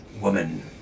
woman